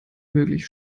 möglich